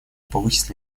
повысит